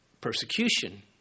persecution